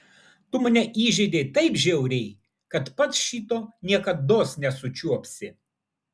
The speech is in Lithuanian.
tu mane įžeidei taip žiauriai kad pats šito niekados nesučiuopsi